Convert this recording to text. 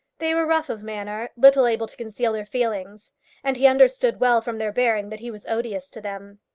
they were rough of manner, little able to conceal their feelings and he understood well from their bearing that he was odious to them.